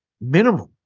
minimum